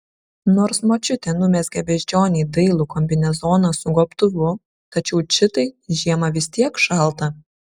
nors močiutė numezgė beždžionei dailų kombinezoną su gobtuvu tačiau čitai žiemą vis tiek šalta